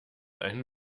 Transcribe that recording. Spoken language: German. einen